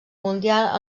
mundial